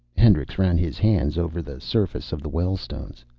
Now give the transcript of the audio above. hendricks ran his hands over the surface of the well stones.